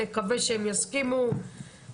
נקווה שהם יסכימו זה לא מספיק.